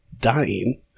dying